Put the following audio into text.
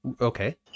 Okay